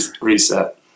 reset